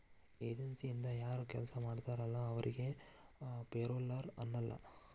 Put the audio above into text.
ಏಜನ್ಸಿಯಿಂದ ಯಾರ್ ಕೆಲ್ಸ ಮಾಡ್ತಾರಲ ಅವರಿಗಿ ಪೆರೋಲ್ಲರ್ ಅನ್ನಲ್ಲ